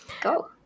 Go